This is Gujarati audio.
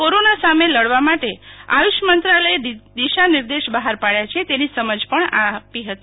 કોરોના સામે લડવા માટે આયુષ મંત્રાલયે દિશાનિર્દેશ બહાર પાડયા છે તેની સમજ પણ આપી ફતી